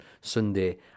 Sunday